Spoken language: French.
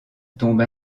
tombe